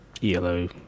yellow